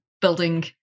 building